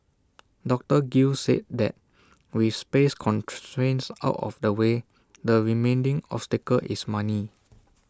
doctor gill said that with space constraints out of the way the remaining obstacle is money